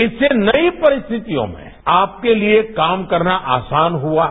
इससे नई परिस्थितियों में आपके लिए काम करना आसान हुआ है